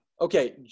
Okay